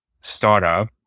startup